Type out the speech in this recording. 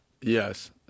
Yes